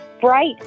bright